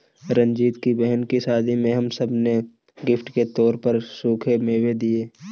रंजीत की बहन की शादी में हम सब ने गिफ्ट के तौर पर सूखे मेवे दिए